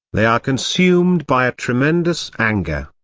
they are consumed by a tremendous anger.